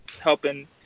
helping